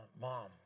mom